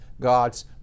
God's